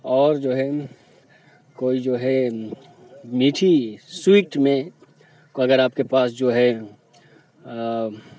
اور جو ہے کوئی جو ہے میٹھی سوئیٹ میں کو اگر آپ کے پاس جو ہے